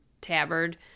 tabard